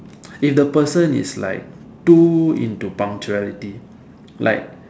if the person is like too into punctuality like